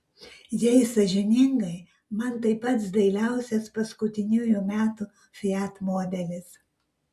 jei sąžiningai man tai pats dailiausias paskutiniųjų metų fiat modelis